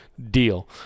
deal